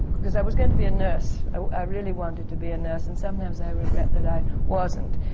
because i was going to be a nurse. i really wanted to be a nurse, and sometimes, i regret that i wasn't.